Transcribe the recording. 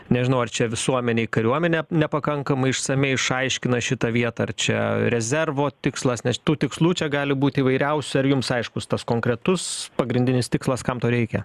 nežinau ar čia visuomenei kariuomenė nepakankamai išsamiai išaiškina šitą vietą ar čia rezervo tikslas nes tų tikslų čia gali būt įvairiausių ar jums aiškus tas konkretus pagrindinis tikslas kam to reikia